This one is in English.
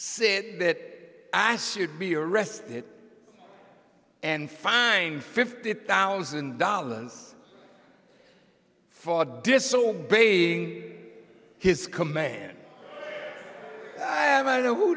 said that i should be arrested and fined fifty thousand dollars for disobeying his command you know who